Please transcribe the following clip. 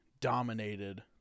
dominated